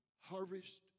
harvest